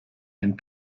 and